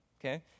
okay